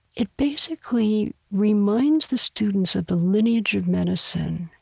it basically reminds the students of the lineage of medicine.